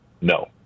No